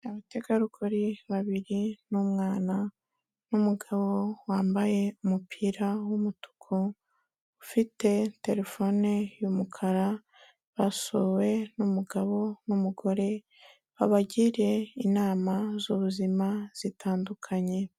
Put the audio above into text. Abategarugori babiri n'umwana n'umugabo wambaye umupira w'umutuku, ufite terefone y'umukara, basuwe n'umugabo n'umugore, babagire inama z'ubuzima zitandukanye.